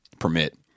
Permit